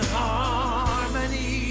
harmony